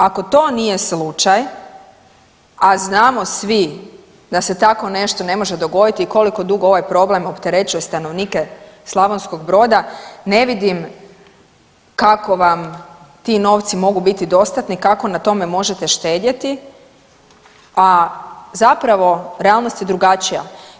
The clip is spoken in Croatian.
Ako to nije slučaj, a znamo svi da se tako nešto ne može dogoditi i koliko dugo ovaj problem opterećuje stanovnike Slavonskog Broda, ne vidim kako vam ti novci mogu biti dostatni, kako na tome možete štedjeti, a zapravo realnost je drugačija.